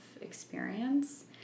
experience